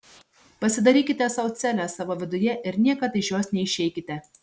pasidarykite sau celę savo viduje ir niekad iš jos neišeikite